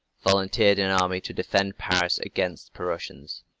volunteered in army to defend paris against prussians.